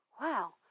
wow